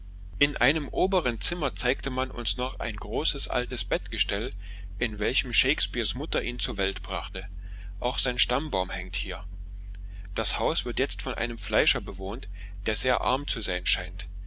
in einem oberen zimmer zeigte man uns noch ein großes altes bettgestell in welchem shakespeares mutter ihn zur welt brachte auch sein stammbaum hängt hier das haus wird jetzt von einem fleischer bewohnt der sehr arm zu sein scheint